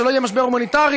שלא יהיה משבר הומניטרי,